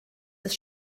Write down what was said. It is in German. des